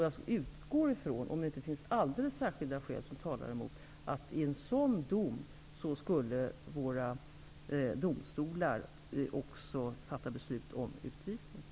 Jag utgår ifrån att våra domstolar i ett sådant sammanhang också skulle fatta beslut om utvisning, om det inte finns alldeles särskilda skäl som talar emot.